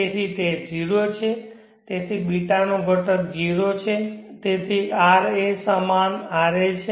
તેથી તે 0 છે તેથી β નો ઘટક 0 છે તેથી ra સમાન ra છે